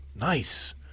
Nice